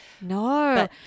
No